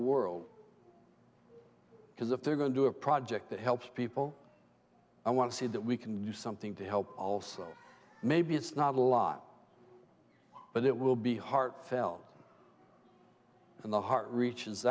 world because if they're going to do a project that helps people i want to see that we can do something to help also maybe it's not a lot but it will be heartfelt and the heart reaches